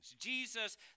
Jesus